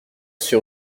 sur